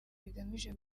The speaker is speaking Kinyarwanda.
bigamije